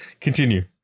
continue